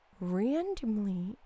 Randomly